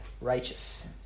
righteous